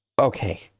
Okay